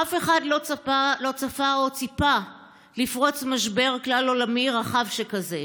אף אחד לא צפה או ציפה לפרוץ משבר כלל-עולמי רחב שכזה.